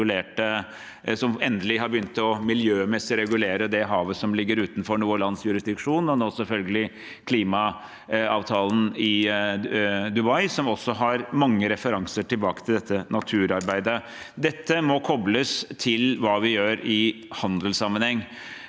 som endelig har begynt miljømessig å regulere det havet som ligger utenfor noe lands jurisdiksjon, og nå selvfølgelig klimaavtalen i Dubai, som også har mange referanser tilbake til dette naturarbeidet. Dette må kobles til hva vi gjør i handelssammenheng.